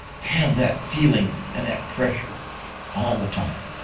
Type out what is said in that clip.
have that feeling and that pressure all the time.